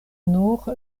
nur